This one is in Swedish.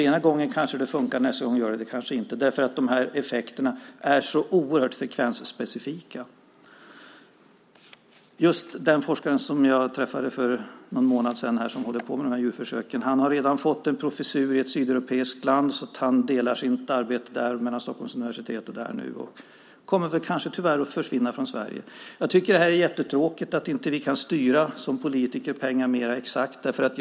Ena gången kanske det fungerar, nästa gång gör det det kanske inte, därför att effekterna är så oerhört frekvensspecifika. Just den forskare som jag träffade för någon månad sedan och som håller på med de här djurförsöken har redan fått en professur i ett sydeuropeiskt land, så han delar sitt arbete mellan denna plats och Stockholms universitet. Han kommer tyvärr kanske att försvinna från Sverige. Jag tycker att det är jättetråkigt att vi inte som politiker kan styra pengarna mer exakt.